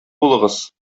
булыгыз